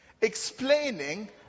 explaining